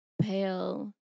pale